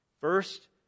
first